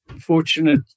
fortunate